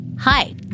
Hi